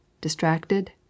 distracted